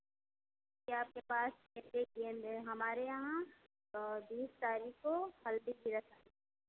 ये आपके पास कितने गेंदे हैं हमारे यहाँ बीस तारीख को हल्दी की रसम है